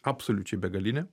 absoliučiai begalinė